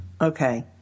Okay